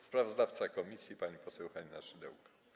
Sprawozdawca komisji pani poseł Halina Szydełko.